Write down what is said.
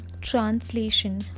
Translation